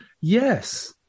yes